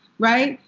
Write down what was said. right?